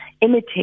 imitate